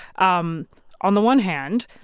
um on the one hand,